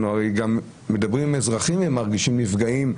אנחנו הרי גם מדברים עם אזרחים אם הם מרגישים נפגעים,